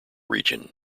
region